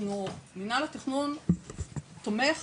מנהל התכנון תומך